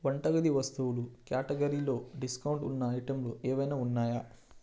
వంటగది వస్తువులు క్యాటగరీలో డిస్కౌంట్ ఉన్న ఐటెంలు ఏవైనా ఉన్నాయా